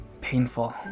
painful